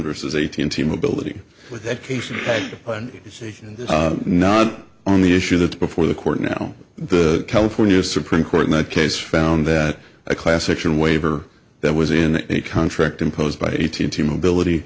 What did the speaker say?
versus eighteen team ability with education and you say and not on the issue that's before the court now the california supreme court in a case found that a class action waiver that was in a contract imposed by eighteen to mobility